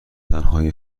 تنهایی